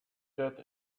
that